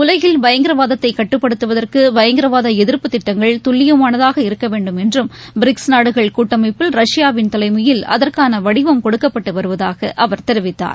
உலகில் பயங்கரவாதத்தைகட்டுப்படுத்துவதற்குபயங்கரவாதஎதிர்ப்பு திட்டங்கள் துல்லியமானதாக இருக்கவேண்டும் என்றும் பிரிக்ஸ் நாடுகள் கூட்டமைப்பில் ரஷ்யாவின் தலைமையில் கொடுக்கப்பட்டுவருவதாகஅவர் தெரிவித்தார்